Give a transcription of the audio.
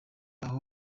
aho